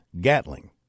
Gatling